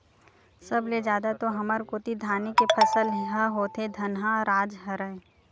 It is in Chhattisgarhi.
सब ले जादा तो हमर कोती धाने के फसल ह होथे धनहा राज हरय